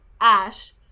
Ash